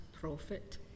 profit